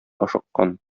ашыккан